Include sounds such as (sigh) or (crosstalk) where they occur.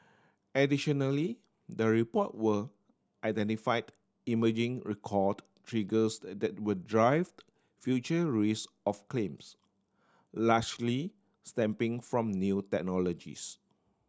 additionally the report were identified emerging recalled triggers (unintelligible) that will drive (unintelligible) future risk of claims largely (unintelligible) from new technologies